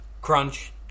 Crunch